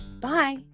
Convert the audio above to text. Bye